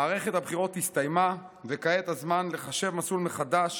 מערכת הבחירות הסתיימה, וכעת הזמן לחשב מסלול מחדש